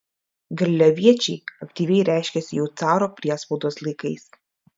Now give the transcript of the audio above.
garliaviečiai aktyviai reiškėsi jau caro priespaudos laikais